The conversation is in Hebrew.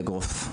כאגרוף.